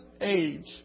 age